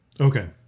okay